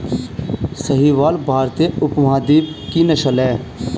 साहीवाल भारतीय उपमहाद्वीप की नस्ल है